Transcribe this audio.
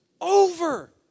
over